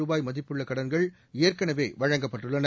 ரூபாய் மதிப்புள்ள கடன்கள் ஏற்கனவே வழங்கப்பட்டுள்ளன